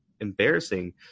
embarrassing